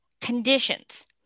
conditions